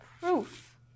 proof